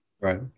Right